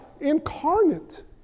incarnate